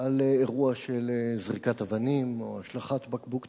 באירוע של זריקת אבנים או השלכת בקבוק תבערה?